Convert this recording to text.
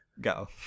Go